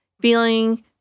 feeling